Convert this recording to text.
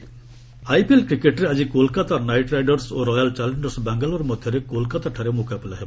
IPL IPL କ୍ରିକେଟରେ ଆଜି Kolkata knight riders ଓ ରୟାଲ୍ ଚାଲେଞ୍ଜର୍ସ ବାଙ୍ଗାଲୋର ମଧ୍ୟରେ କୋଲକାତାରେ ମ୍ରକାବିଲା ହେବ